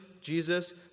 Jesus